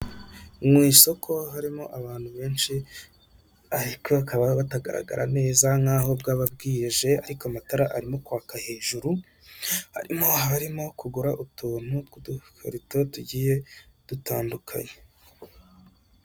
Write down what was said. Amatara yaka cyane ndetse n'ikiraro kinyuraho imodoka, hasi no hejuru kiri mu mujyi wa Kigali muri nyanza ya kicukiro ndetse yanditseho, icyapa k'icyatsi kiriho amagambo Kigali eyapoti